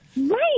Right